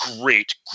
great